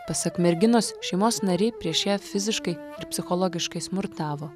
pasak merginos šeimos nariai prieš ją fiziškai ir psichologiškai smurtavo